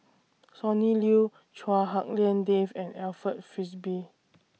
Sonny Liew Chua Hak Lien Dave and Alfred Frisby